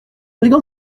brigand